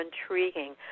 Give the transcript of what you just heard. intriguing